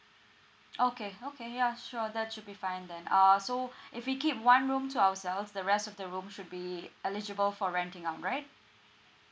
okay okay yeah sure that should be fine then err so if we keep one room to ourselves the rest of the room should be eligible for renting out right